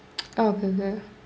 oh okay okay